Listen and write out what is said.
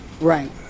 Right